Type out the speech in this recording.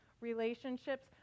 relationships